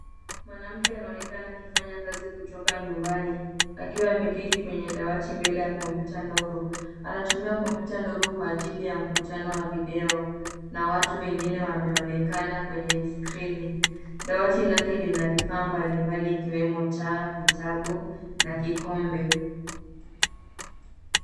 Mwanamke anaonekana akifanya kazi kutoka nyumbani akiwa ameketi kwenye dawati mbele ya kompyuta ndogo. Anatumia kompyuta ndogo kwa ajili ya mkutano wa video na watu wengine wameonekana kwenye skrini. Dawati lake lina vifaa mbalimbali ikiwemo taa, vitabu na kikombe.